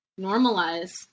normalize